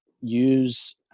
use